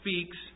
speaks